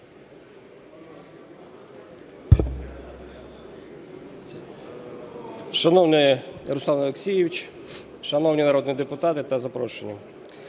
Шановний Руслан Олексійович! Шановні народні депутати та запрошені!